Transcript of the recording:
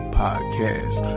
podcast